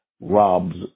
robs